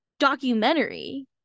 documentary